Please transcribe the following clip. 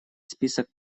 список